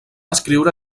escriure